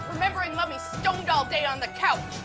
remembering mommy stoned all day on the couch.